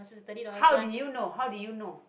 how did you know how did you know